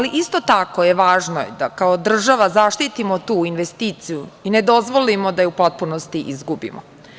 Isto tako je važno da kao država zaštitimo tu investiciju i ne dozvolimo da je u potpunosti izgubimo.